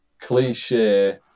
cliche